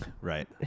Right